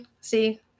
See